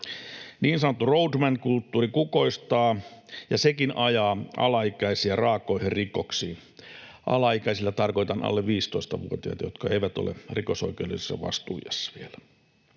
Niin sanottu roadman-kulttuuri kukoistaa, ja sekin ajaa alaikäisiä raakoihin rikoksiin. Alaikäisillä tarkoitan alle 15‑vuotiaita, jotka eivät ole rikosoikeudellisessa vastuuiässä vielä.